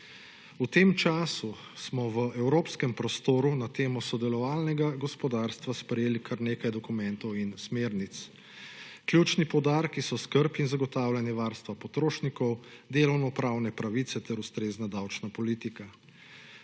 V tem času smo v evropskem prostoru, na temo sodelovalnega gospodarstva, sprejeli kar nekaj dokumentov in smernic. Ključni poudarki so skrb in zagotavljanje varstva potrošnikov, delovnopravne pravice, ter ustrezna davčna politika.